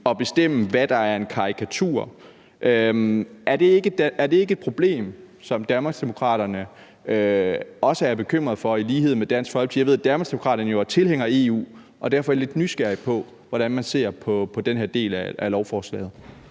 at bestemme, hvad der er en karikatur. Er det ikke et problem, noget, som Danmarksdemokraterne også er bekymrede for, i lighed med Dansk Folkeparti? Jeg ved, at Danmarksdemokraterne jo er tilhængere af EU, og derfor er jeg lidt nysgerrig på, hvordan man ser på den her del af lovforslaget.